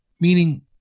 meaning